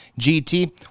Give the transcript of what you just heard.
GT